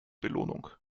belohnung